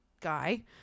guy